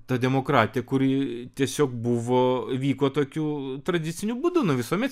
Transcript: ta demokratija kuri tiesiog buvo vyko tokiu tradiciniu būdu visuomet